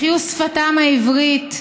החיו שפתם העברית,